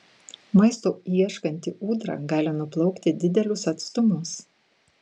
maisto ieškanti ūdra gali nuplaukti didelius atstumus